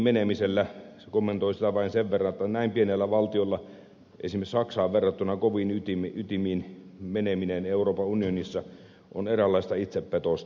kommentoin sitä vain sen verran että näin pienellä valtiolla esimerkiksi saksaan verrattuna koviin ytimiin meneminen euroopan unionissa on eräänlaista itsepetosta